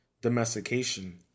domestication